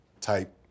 type